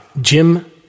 Jim